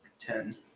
Ten